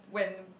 when